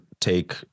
take